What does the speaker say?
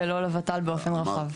ולא לות"ל באופן רחב.